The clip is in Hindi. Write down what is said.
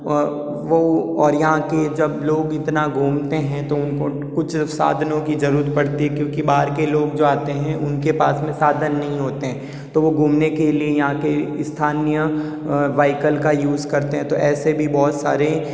और वो और यहाँ के जब लोग इतना घूमते हैं तो उनको कुछ साधनों की जरुरत पड़ती क्योंकि बाहर के जो लोग आते हैं उनके पास में साधन नहीं होते हैं तो वो घूमने के लिए यहाँ के स्थानीय व्हाइकल का यूज़ करते हैं तो ऐसे भी बहुत सारे